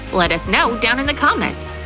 let us know down in the comments!